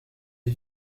les